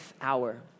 hour